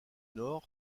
nord